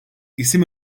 isim